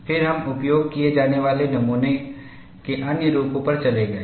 फिर हम उपयोग किए जाने वाले नमूनों के अन्य रूपों पर चले गए